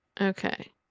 Okay